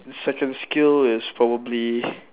second skill is probably